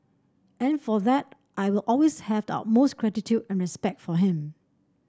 and for that I will always have the utmost gratitude and respect for him